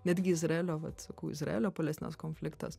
netgi izraelio vat sakau izraelio palestinos konfliktas